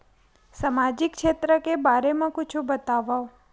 सामाजिक क्षेत्र के बारे मा कुछु बतावव?